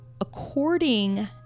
according